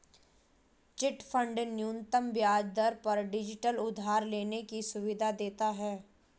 chit fund न्यूनतम ब्याज दर पर डिजिटल उधार लेने की सुविधा देता है